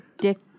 dick